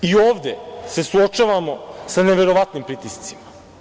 I ovde se suočavamo sa neverovatnim pritiscima.